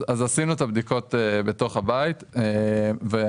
אז עשינו את הבדיקות בתוך הבית ואנחנו